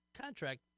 contract